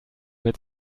mit